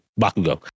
Bakugo